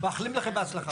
מאחלים לכם בהצלחה.